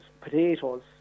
potatoes